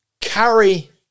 Carry